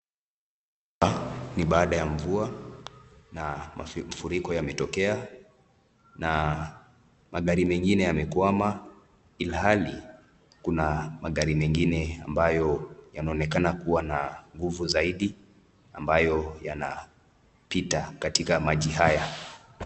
Hapa ni baada ya mvua na mafuriko yametokea na magari mengine yamekwama ilhali kuna magari mengine ambayo yanaonekana kuwa na nguvu zaidi ambayo yanapita katika maji haya.